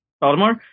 Baltimore